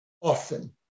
often